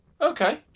Okay